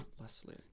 Leslie